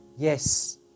Yes